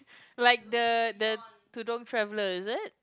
like the the Tudung traveller is it